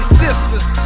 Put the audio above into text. sisters